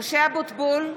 משה אבוטבול,